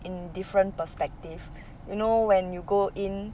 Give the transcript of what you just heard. in different perspective you know when you go in